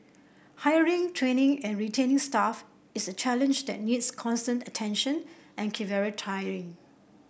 hiring training and retaining staff is a challenge that needs constant attention and can very